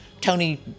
Tony